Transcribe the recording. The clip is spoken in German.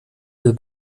will